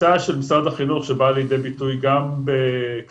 התפיסה של משרד החינוך שבאה לידי ביטוי גם בכרמיאל,